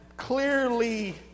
clearly